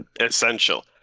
essential